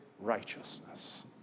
righteousness